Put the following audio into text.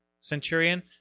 centurion